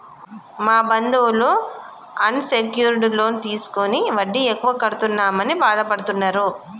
మా బంధువులు unsecured loan తీసుకుని వడ్డీ ఎక్కువ కడుతున్నామని బాధపడుతున్నరు